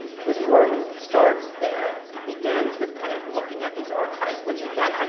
his work starts there. it begins with kind of looking at these archives, which again,